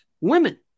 Women